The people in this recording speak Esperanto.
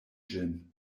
ĝin